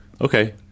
Okay